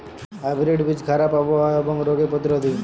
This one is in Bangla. হাইব্রিড বীজ খারাপ আবহাওয়া এবং রোগে প্রতিরোধী